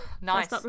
Nice